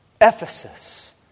Ephesus